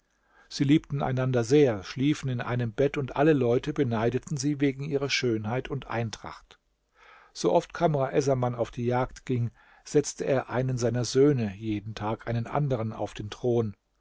sie liebten einander sehr schliefen in einem bett und alle leute beneideten sie wegen ihrer schönheit und eintracht sooft kamr essaman auf die jagd ging setzte er einen seiner söhne jeden tag einen andern auf den thron